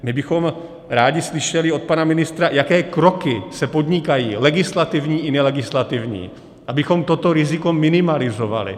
My bychom rádi slyšeli od pana ministra, jaké kroky se podnikají, legislativní i nelegislativní, abychom toto riziko minimalizovali.